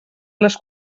les